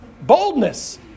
Boldness